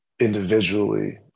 individually